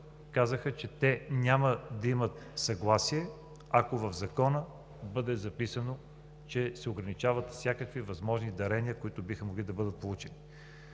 казаха, че те няма да имат съгласие, ако в Закона бъде записано, че се ограничават всякакви възможни дарения, които биха могли да бъдат получени.